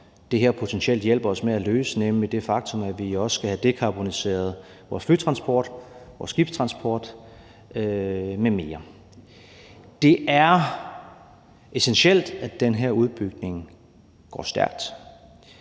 det her potentielt hjælper os med at løse, nemlig det faktum, at vi også skal have dekarboniseret vores flytransport, vores skibstransport m.m. Det er essentielt, at den her udbygning går stærkt.